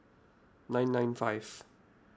nine nine five